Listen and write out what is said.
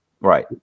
right